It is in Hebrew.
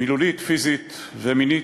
מילולית, פיזית ומינית,